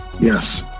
yes